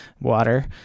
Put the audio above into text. water